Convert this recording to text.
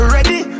Ready